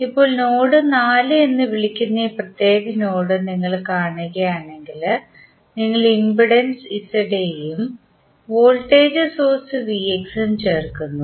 ഇപ്പോൾ നോഡ് 4 എന്ന് വിളിക്കുന്ന ഈ പ്രത്യേക നോഡ് നിങ്ങൾ കാണുകയാണെങ്കിൽ നിങ്ങൾ ഇംപെഡൻസ് ഉം വോൾട്ടേജ് സോഴ്സ് ഉം ചേർക്കുന്നു